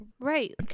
Right